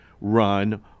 run